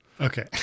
Okay